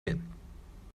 圣殿